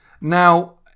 Now